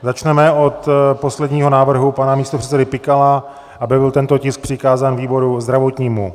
Začneme od posledního návrhu pana místopředsedy Pikala, aby byl tento tisk přikázán výboru zdravotnímu.